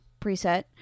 preset